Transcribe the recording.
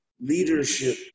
leadership